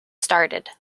started